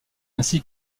ainsi